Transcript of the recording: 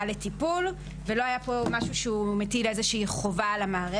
לטיפול אך לא הייתה פה חובה שהוא מטיל על המערכת.